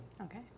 Okay